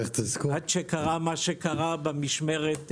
עד שקרה מה שקרה במשמרת שלי.